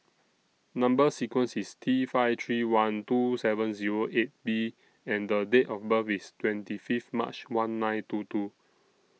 Number sequence IS T five three one two seven Zero eight B and Date of birth IS twenty Fifth March one nine two two